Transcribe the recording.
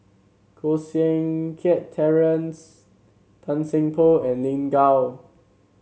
Koh Seng Kiat Terence Tan Seng Poh and Lin Gao